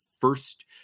first